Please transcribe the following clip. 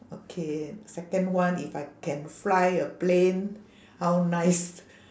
okay second one if I can fly a plane how nice